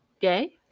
Gay